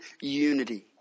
unity